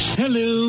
hello